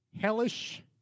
Hellish